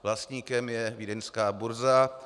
Vlastníkem je vídeňská burza.